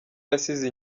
yasize